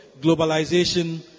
globalization